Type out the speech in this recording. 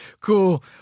cool